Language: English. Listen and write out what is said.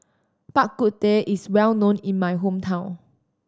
Bak Kut Teh is well known in my hometown